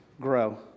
grow